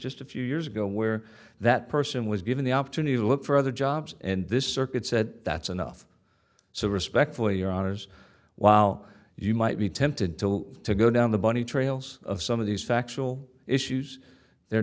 just a few years ago where that person was given the opportunity to look for other jobs and this circuit said that's enough so respectfully your honour's while you might be tempted to go down the bunny trails of some of these factual issues the